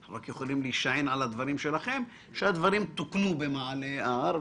אנחנו רק יכולים להישען על הדברים שלכם - שהדברים תוקנו במעלה ההר.